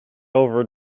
over